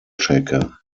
checker